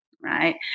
Right